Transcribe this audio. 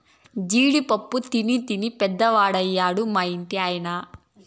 జీడి పప్పు తినీ తినీ పెద్దవాడయ్యాడు మా ఇంటి ఆయన